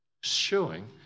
Showing